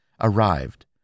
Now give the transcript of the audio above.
arrived